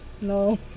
No